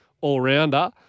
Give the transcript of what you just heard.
all-rounder